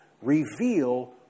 reveal